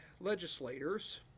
legislators